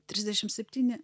trisdešim septyni